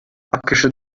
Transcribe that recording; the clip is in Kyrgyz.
акш